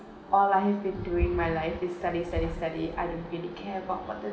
all I have been doing my life is study study study I don't really care what the